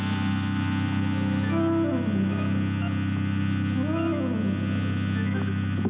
he